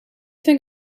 think